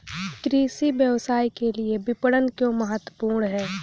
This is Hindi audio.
कृषि व्यवसाय के लिए विपणन क्यों महत्वपूर्ण है?